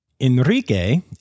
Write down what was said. Enrique